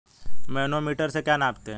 Manometer से क्या नापते हैं?